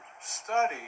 study